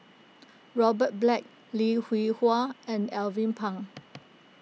Robert Black Lim Hwee Hua and Alvin Pang